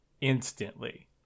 instantly